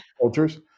cultures